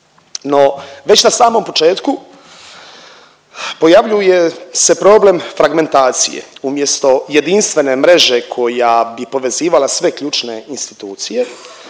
već na samom početku pojavljuje se problem fragmentacije umjesto jedinstvene mreže koja bi povezivala sve ključne institucije